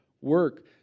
work